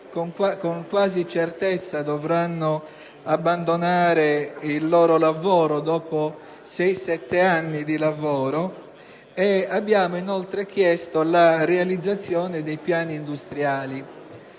con certezza dovranno abbandonare il loro lavoro dopo sei-sette anni di attività, e abbiamo inoltre chiesto la realizzazione dei piani industriali.